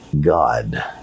God